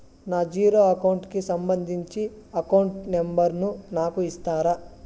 నా zero account కి సంబంధించి అకౌంట్ నెంబర్ ను నాకు ఇస్తారా